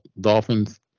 Dolphins